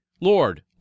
Lord